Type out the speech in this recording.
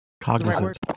Cognizant